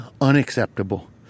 unacceptable